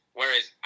whereas